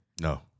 No